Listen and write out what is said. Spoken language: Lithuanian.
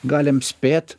galim spėt